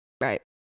Right